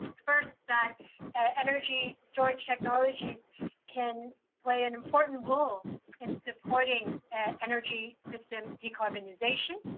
first, that energy storage technology can play an important role in supporting energy system decarbonization.